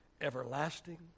everlasting